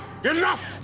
Enough